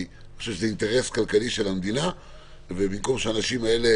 אני חושב שזה אינטרס כלכלי של המדינה ובמקום שאנשים כאלה